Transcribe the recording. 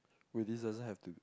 wait this doesn't have to